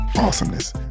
Awesomeness